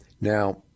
Now